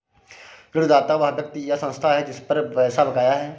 ऋणदाता वह व्यक्ति या संस्था है जिस पर पैसा बकाया है